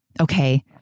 Okay